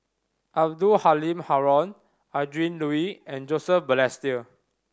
Abdul Halim Haron Adrin Loi and Joseph Balestier